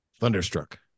Thunderstruck